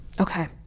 Okay